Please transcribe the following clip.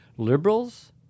Liberals